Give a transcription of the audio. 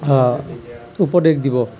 উপদেশ দিব